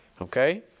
Okay